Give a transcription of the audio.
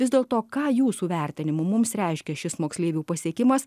vis dėlto ką jūsų vertinimu mums reiškia šis moksleivių pasiekimas